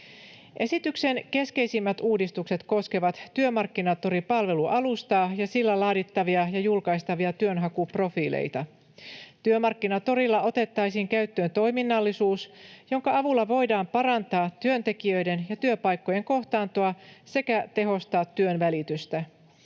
Esityksen keskeisimmät uudistukset koskevat Työmarkkinatori-palvelualustaa ja sillä laadittavia ja julkaistavia työnhakuprofiileita. Työmarkkinatorilla otettaisiin käyttöön toiminnallisuus, jonka avulla voidaan parantaa työntekijöiden ja työpaikkojen kohtaantoa sekä tehostaa työnvälitystä.